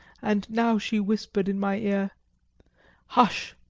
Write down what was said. and now she whispered in my ear hush!